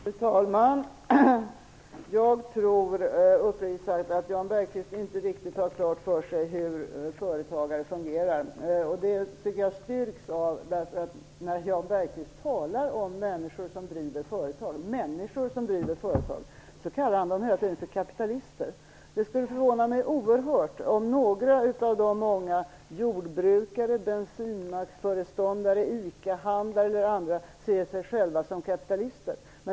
Fru talman! Jag tror uppriktigt sagt att Jan Bergqvist inte riktigt har klart för sig hur företagare fungerar. Det tycker jag styrks av att Jan Bergqvist när han talar om människor som driver företag hela tiden kallar dem för kapitalister. Det skulle förvåna mig oerhört om några av de många jordbrukarna, bensinmacksföreståndarna, ICA-handlarna m.fl. ser sig själva som kapitalister.